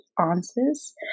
answers